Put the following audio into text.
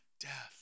death